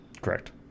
correct